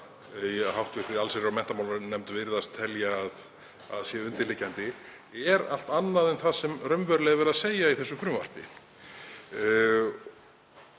í hv. allsherjar- og menntamálanefnd virðast telja að sé undirliggjandi er allt annað en það sem raunverulega er verið að segja í þessu frumvarpi.